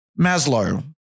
Maslow